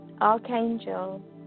archangel